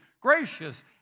gracious